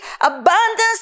abundance